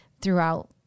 throughout